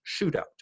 shootout